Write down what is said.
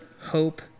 hope